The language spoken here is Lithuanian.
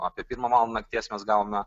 apie pirmą valandą nakties mes gavome